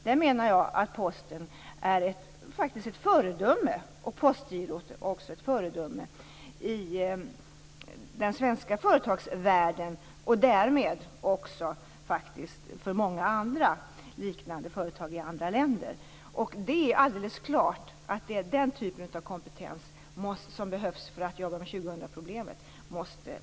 Jag menar att Posten och Postgirot är föredömen i den svenska företagsvärlden och därmed också för många andra liknande företag i andra länder. Det är alldeles klart att man måste upphandla den typ av kompetens som behövs för att jobba med 2000 problemet utifrån.